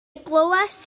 glywais